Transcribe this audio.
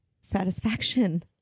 satisfaction